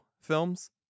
films